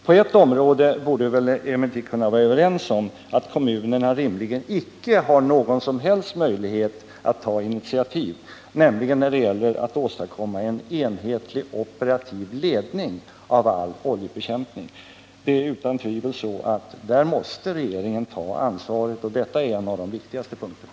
På ett område borde vi emellertid kunna vara överens om att kommunerna rimligen icke har någon som helst möjlighet att ta initiativ, nämligen när det gäller att åstadkomma en enhetlig operativ ledning av all oljebekämpning. Där måste utan tvivel regeringen ta ansvar, och detta är en av de viktigaste punkterna.